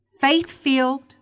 faith-filled